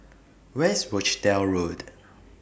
Where IS Rochdale Road